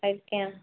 ଆଜ୍ଞା